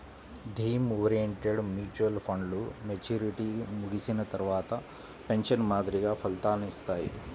theme oriented mutual ఫండ్లు maturity ముగిసిన తర్వాత పెన్షన్ మాదిరిగా ఫలితాలనిత్తాయి